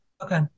Okay